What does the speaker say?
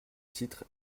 titre